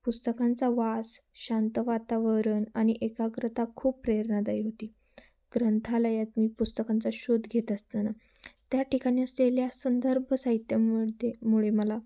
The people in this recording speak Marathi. पुस्तकांचा वास शांत वातावरण आणि एकाग्रता खूप प्रेरणादायी होती ग्रंथालयात मी पुस्तकांचा शोध घेत असताना त्या ठिकाणी असलेल्या संदर्भ साहित्यामध्ये मुळे मला